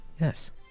Yes